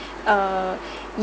err